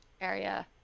area